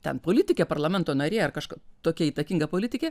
ten politikė parlamento narė ar kažk tokia įtakinga politikė